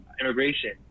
immigration